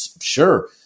sure